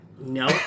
No